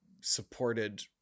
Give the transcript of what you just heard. supported